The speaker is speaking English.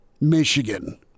Michigan